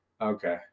okay